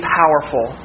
powerful